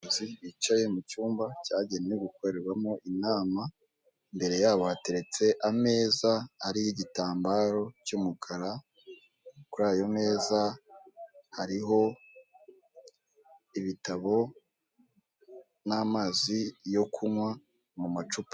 Abayobozi bicaye mu cyumba cyagenewe gukorerwamo inama, imbere yabo yateretse ameza ariho igitambaro cy'umukara kuriyo meza hariho ibitabo n'amazi yo kunywa mu macupa.